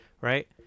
Right